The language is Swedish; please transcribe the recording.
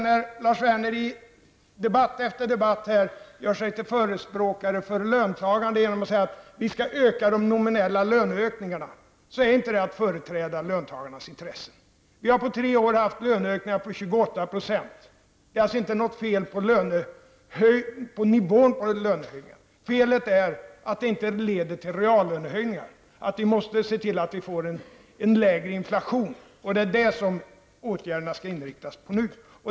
När Lars Werner i debatt efter debatt gör sig till förespråkare för löntagare genom att säga att vi skall höja de nominella löneökningarna, så är inte det ett sätt att företräda löntagarnas intressen. Vi har på tre år haft löneökningar på 28 %. Det är alltså inget fel på nivån på lönehöjningarna. Felet är att dessa höjningar inte leder till reallönehöjningar. Vi måste se till att få en lägre inflation. Det är det våra åtgärder skall inriktas på.